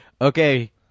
okay